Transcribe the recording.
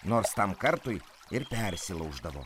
nors tam kartui ir persilauždavo